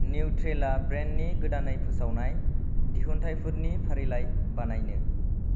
निउत्रेला ब्रेन्डनि गोदानै फोसावनाय दिहुनथाइफोरनि फारिलाइ बानायनो